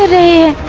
a